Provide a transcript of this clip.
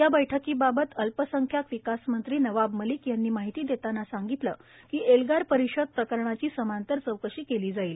या बैठकीबाबत अल्पसंख्यांक विकास मंत्री नवाब मलिक यांनी माहिती दक्षाना सांगितलं की एल्गार परिषद प्रकरणाची समांतर चौकशी काली जाईल